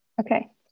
okay